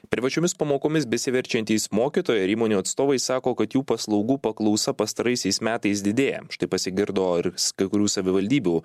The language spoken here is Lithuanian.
privačiomis pamokomis besiverčiantys mokytojai ir įmonių atstovai sako kad jų paslaugų paklausa pastaraisiais metais didėja štai pasigirdo ir kai kurių savivaldybių